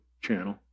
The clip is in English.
channel